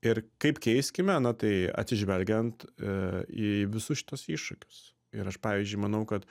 ir kaip keiskime na tai atsižvelgiant į visus šituos iššūkius ir aš pavyzdžiui manau kad